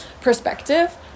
perspective